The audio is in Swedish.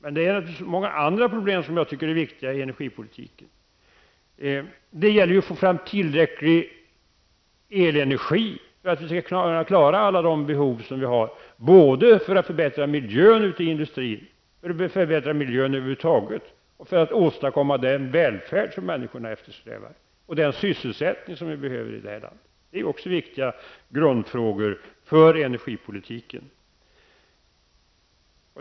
Men det är många andra problem som jag tycker är viktiga i energipolitiken. Det gäller att få fram tillräcklig elenergi för att vi skall kunna klara alla de behov som vi har för att förbättra miljön ute i industrin, för att förbättra miljön över huvud taget och för att åstadkomma den välfärd som människor eftersträvar och den sysselsättning som vi behöver i det här landet. Det är också viktiga grundfrågor för energipolitiken.